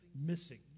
missing